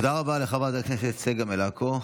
תודה רבה לחברת הכנסת צגה מלקו.